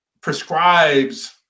prescribes